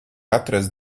atrast